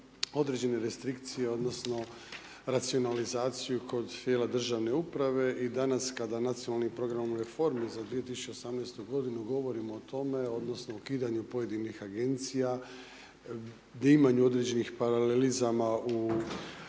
određene restrikcije, odnosno racionalizaciju kroz tijela državne uprave i danas kada nacionalni program u reformi za 2018. godinu govorimo o tom, odnosno o ukidanju pojedinih agencija gdje ima određenih paralelizama u